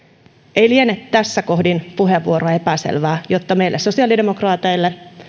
ei liene tässä kohdin puheenvuoroa epäselvää että meille sosiaalidemokraateille